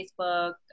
Facebook